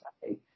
say